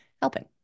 helping